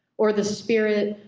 or the spirit,